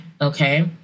okay